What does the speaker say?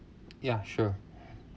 ya sure